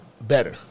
better